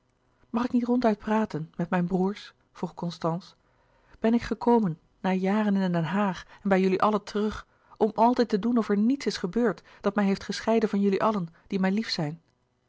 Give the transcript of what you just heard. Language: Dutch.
mag ik niet ronduit praten met mijn broêrs vroeg constance ben ik gekomen na jaren in den haag en bij jullie allen terug om altijd te doen of er niets is gebeurd dat mij heeft gescheiden van jullie allen die mij lief zijn